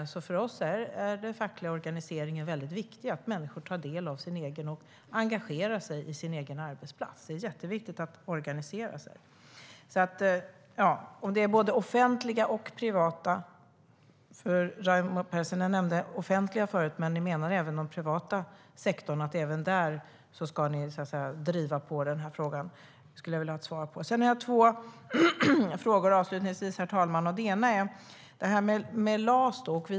För oss är den fackliga organiseringen viktig, att människor organiserar sig, tar del av och engagerar sig i sin egen arbetsplats är jätteviktigt. Avslutningsvis har jag två frågor. Den ena gäller LAS.